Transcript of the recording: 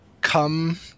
come